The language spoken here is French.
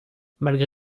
malgré